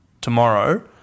tomorrow